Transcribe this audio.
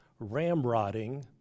ramrodding